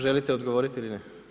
Želite odgovoriti ili ne?